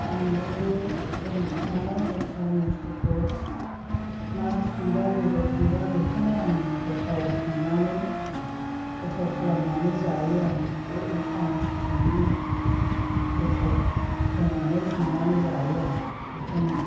आङो बे दोनखुमानाय मस्ला मस्लिखौ ना संबा बेदर संबा बेखौनो आङो गोथाव संनानै गोथाव खालामनानै जायो आं बे मस्ला मस्लिजोंनो गोथाव होनानै संनानै जायो आं बेखौनो